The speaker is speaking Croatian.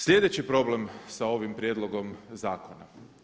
Sljedeći problem sa ovim prijedlogom zakona.